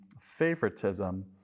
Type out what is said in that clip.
favoritism